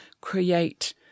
create